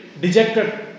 dejected